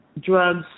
drugs